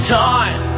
time